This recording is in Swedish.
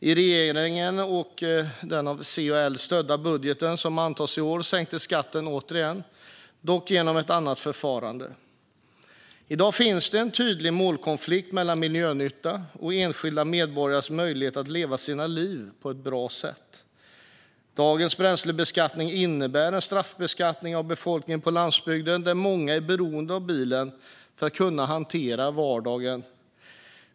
I regeringens budget, som stöds av C och L och antas i år, sänks skatten återigen - dock genom ett annat förfarande. I dag finns det en tydlig målkonflikt mellan miljönytta och enskilda medborgares möjligheter att leva sina liv på ett bra sätt. Dagens bränslebeskattning innebär en straffbeskattning av befolkningen på landsbygden, där många är beroende av bilen för att kunna hantera vardagen.